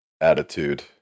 attitude